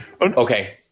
Okay